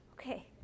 Okay